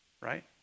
Right